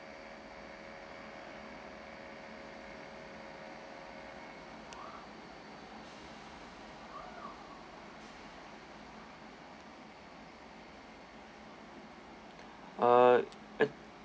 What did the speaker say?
ah uh